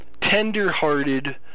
tender-hearted